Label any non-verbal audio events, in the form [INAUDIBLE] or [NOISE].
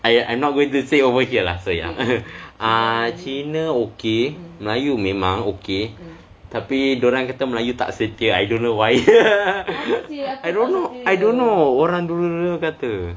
I I'm not going to say over here lah so ya ah cina okay melayu memang okay tapi dia orang kata melayu tak setia I don't know why [LAUGHS] I don't't know I don't know orang dulu-dulu kata